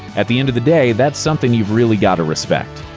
at the end of the day, that's something you've really got to respect.